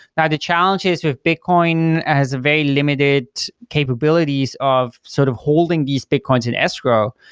now the challenges with bitcoin has a very limited capabilities of sort of holding these bitcoins in escrow.